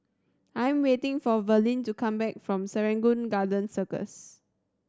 I am waiting for Verlene to come back from Serangoon Garden Circus